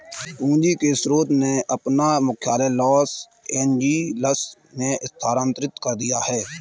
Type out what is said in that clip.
पूंजी के स्रोत ने अपना मुख्यालय लॉस एंजिल्स में स्थानांतरित कर दिया